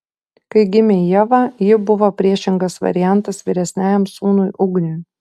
kai gimė ieva ji buvo priešingas variantas vyresniajam sūnui ugniui